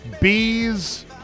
Bees